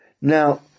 Now